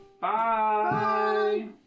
Bye